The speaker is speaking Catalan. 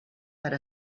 per